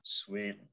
Sweet